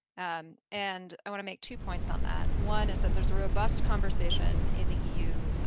and and i want to make two points on that. one is that there's a robust conversation in the eu,